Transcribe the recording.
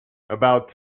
about